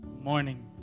Morning